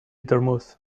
dormouse